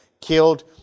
killed